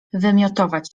wymiotować